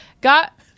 got